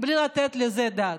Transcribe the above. בלי לתת על זה את הדעת.